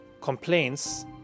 complaints